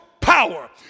power